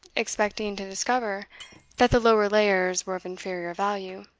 expecting to discover that the lower layers were of inferior value